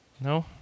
No